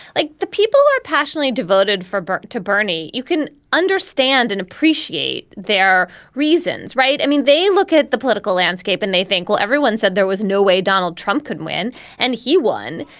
like the people who are passionately devoted for bernie to bernie. you can understand and appreciate their reasons, right? i mean, they look at the political landscape and they think, well, everyone said there was no way donald trump could win and he won.